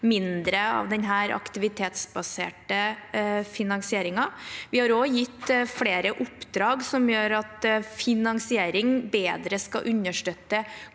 mindre av den aktivitetsbaserte finansieringen. Vi har også gitt flere oppdrag som gjør at finansiering bedre skal understøtte